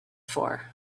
for